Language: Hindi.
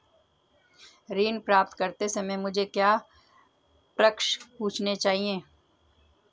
ऋण प्राप्त करते समय मुझे क्या प्रश्न पूछने चाहिए?